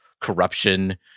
corruption